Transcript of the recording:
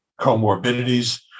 comorbidities